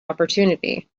opportunity